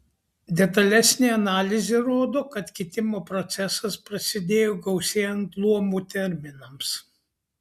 detalesnė analizė rodo kad kitimo procesas prasidėjo gausėjant luomų terminams